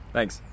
Thanks